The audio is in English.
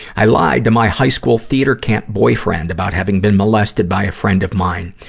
i lied to my high school theater camp boyfriend about having been molested by a friend of mine.